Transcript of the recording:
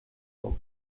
bock